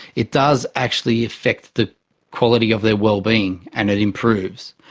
it does actually affect the quality of their wellbeing and it improves.